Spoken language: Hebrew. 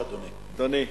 בבקשה, אדוני.